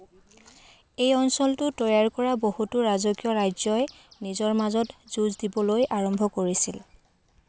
এই অঞ্চলটো তৈয়াৰ কৰা বহুতো ৰাজকীয় ৰাজ্যই নিজৰ মাজত যুঁজ দিবলৈ আৰম্ভ কৰিছিল